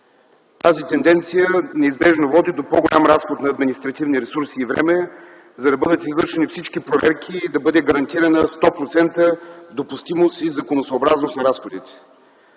Тази тенденция неизбежно води до по-голям разход на административни ресурси и време, за да бъдат извършени всички проверки и да бъде гарантирана 100% допустимост и законосъобразност на разходите.